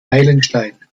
meilenstein